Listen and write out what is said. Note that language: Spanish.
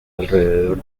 alrededor